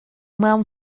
mewn